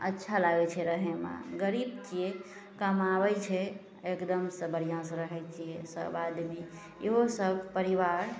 अच्छा लागै छै रहैमे गरीब छिए कमाबै छै एगदमसे बढ़िआँसे रहै छिए सभ आदमी इहो सभ परिवार